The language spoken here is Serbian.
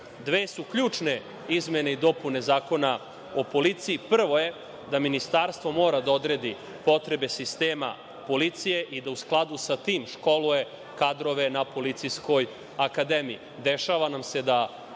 su ključne izmene i dopune Zakona o policiji. Prva je da Ministarstvo mora da odredi potrebe sistema policije i da u skladu sa tim školuje kadrove na Policijskoj akademiji. Dešava nam se da